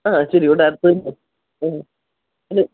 ആ ഇച്ചിരികൂടെ അടുത്ത് തന്നെയാണ് ആ ഇത്